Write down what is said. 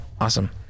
awesome